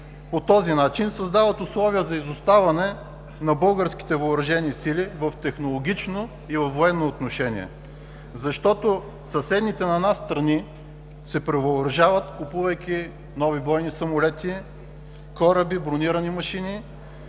по този начин създават условия за изоставане на българските Въоръжени сили в технологично и във военно отношение, защото съседните на нас страни се превъоръжават, купувайки нови бойни самолети, кораби, бронирани машини.